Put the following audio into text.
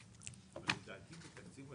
תודה, הישיבה